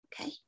okay